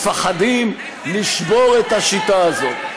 מפחדים לשבור את השיטה הזאת.